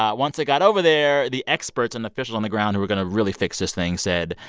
ah once it got over there, the experts and officials on the ground who were going to really fix this thing said,